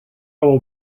will